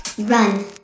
Run